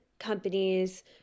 companies